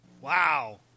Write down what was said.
Wow